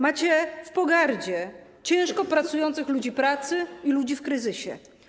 Macie w pogardzie ciężko pracujących ludzi pracy i ludzi w kryzysie.